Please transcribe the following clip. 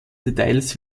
details